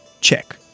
check